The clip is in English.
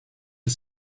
and